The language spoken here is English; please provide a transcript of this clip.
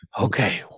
Okay